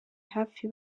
hafi